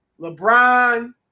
LeBron